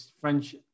French